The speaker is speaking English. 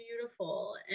beautiful